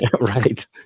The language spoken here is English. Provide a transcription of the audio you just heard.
right